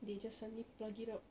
they just suddenly pluck it out